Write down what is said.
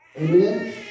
Amen